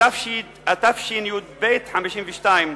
התשי"ב 1952,